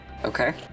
Okay